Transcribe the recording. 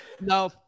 no –